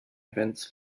events